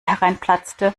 hereinplatzte